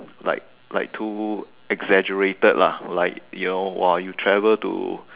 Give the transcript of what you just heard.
like like too exaggerated lah like you know what you travel to